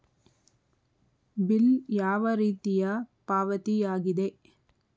Bill ಯಾವ ರೀತಿಯ ಪಾವತಿಯಾಗಿದೆ?